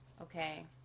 Okay